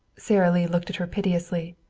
sara lee looked at her piteously.